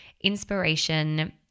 inspiration